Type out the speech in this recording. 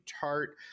tart